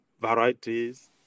varieties